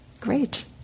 great